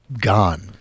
gone